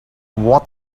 what